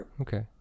Okay